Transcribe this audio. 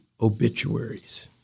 obituaries